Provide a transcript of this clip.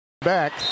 back